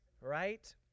right